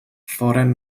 foren